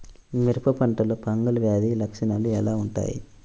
మిరప పంటలో ఫంగల్ వ్యాధి లక్షణాలు ఎలా వుంటాయి?